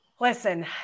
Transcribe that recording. listen